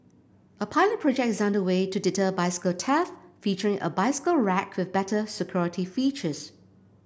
a pilot project is under way to deter bicycle theft featuring a bicycle rack with better security features